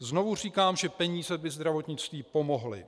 Znovu říkám, že peníze by zdravotnictví pomohly.